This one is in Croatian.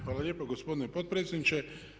Hvala lijepo gospodine potpredsjedniče.